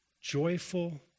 joyful